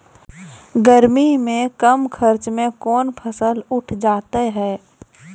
गर्मी मे कम खर्च मे कौन फसल उठ जाते हैं?